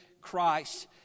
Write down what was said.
Christ